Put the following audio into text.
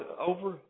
over